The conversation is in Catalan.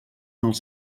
els